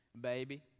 baby